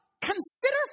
consider